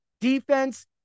defense